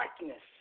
darkness